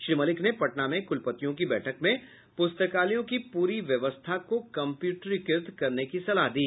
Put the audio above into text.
श्री मलिक ने पटना में कुलपतियों की बैठक में पुस्तकालयों की पूरी व्यवस्था को कम्प्यूटरीकृत करने की सलाह दी